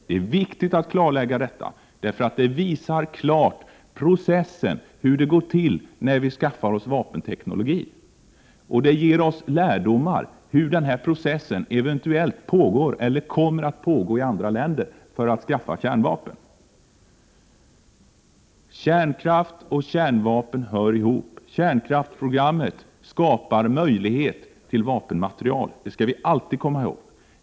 Det är viktigt att klarlägga detta, därför att det visar hur det går till när vi skaffar oss vapenteknologi och ger oss lärdomar om hur denna process för att skaffa kärnvapen eventuellt pågår eller kommer att pågå i andra länder. Kärnkraft och kärnvapen hör ihop. Kärnkraftsprogrammet skapar möjlighet att framställa vapenmaterial. Det skall vi alltid komma ihåg.